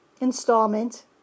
installment